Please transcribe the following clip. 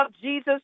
Jesus